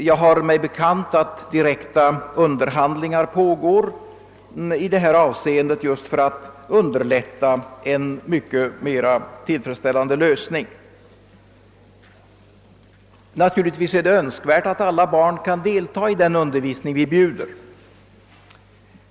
Jag har mig bekant att direkta underhandlingar pågår i detta avseende just för att underlätta en mycket mera tillfredsställande lösning. Naturligtvis är det önskvärt att alla barn kan delta i den undervisning vi bjuder.